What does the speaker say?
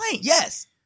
Yes